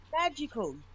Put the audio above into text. Magical